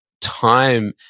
time